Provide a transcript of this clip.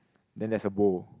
then there's a bowl